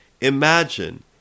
Imagine